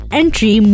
entry